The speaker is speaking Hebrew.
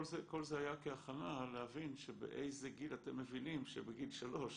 כל זה היה כהכנה להבין באיזה גיל אתם מבינים שבגיל שלוש,